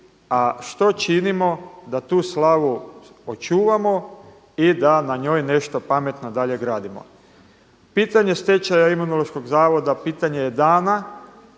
a što činimo da tu slavu očuvamo i da na njoj nešto pametno dalje gradimo. Pitanje stečaja Imunološkog zavoda pitanje je dana,